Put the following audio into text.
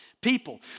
people